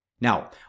Now